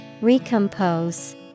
Recompose